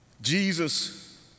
Jesus